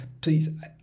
Please